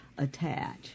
attach